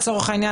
לצורך העניין,